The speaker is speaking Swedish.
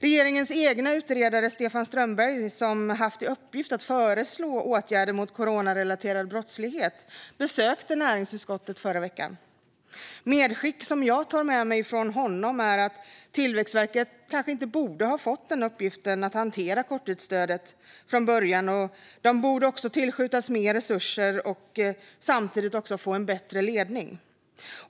Regeringens egna utredare Stefan Strömberg, som har haft till uppgift att föreslå åtgärder mot coronarelaterad brottslighet, besökte näringsutskottet i förra veckan. Ett medskick som jag tar med mig från honom är att Tillväxtverket kanske inte borde ha fått uppgiften att hantera korttidsstödet från början samt att verket borde tillskjutas mer resurser och samtidigt få en bättre ledning.